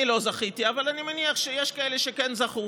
אני לא זכיתי, אבל אני מניח שיש כאלה שכן זכו,